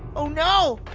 oh no.